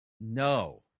No